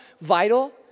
vital